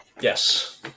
Yes